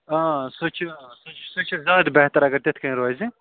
آ سُہ چھُ سُہ سُہ چھُ زیادٕ بہتر اگر تِتھٕ کٔنۍ روزِ